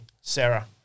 Sarah